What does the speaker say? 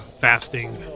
fasting